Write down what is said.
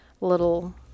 little